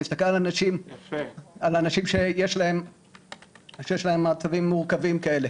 להסתכל על אנשים שיש להם מצבים מורכבים כאלה,